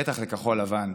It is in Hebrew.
בטח לכחול לבן: